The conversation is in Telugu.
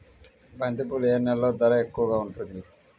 బంతిపూలు ఏ నెలలో ధర ఎక్కువగా ఉంటుంది?